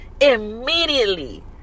immediately